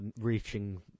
reaching